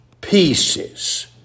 pieces